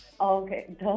Okay